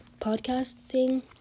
podcasting